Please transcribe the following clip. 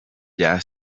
bya